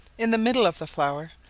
in the middle of the flower,